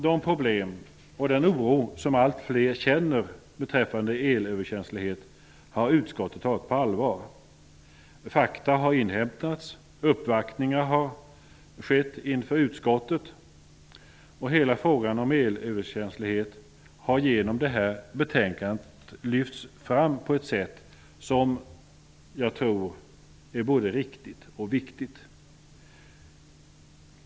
De problem och den oro som allt fler känner beträffande elöverkänslighet har utskottet tagit på allvar. Fakta har inhämtats och uppvaktningar har skett inför utskottet. Hela frågan om elöverkänslighet har genom detta betänkande lyfts fram på ett sätt som jag tror är både riktigt och viktigt.